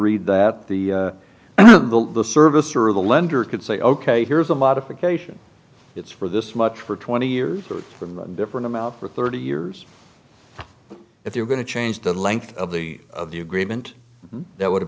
read that the the the service or the lender could say ok here's a modification it's for this much for twenty years but from the different amount for thirty years if you're going to change the length of the of the agreement that would have